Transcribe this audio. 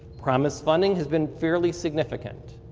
promis funding has been fairly significant.